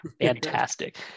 fantastic